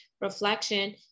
reflection